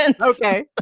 Okay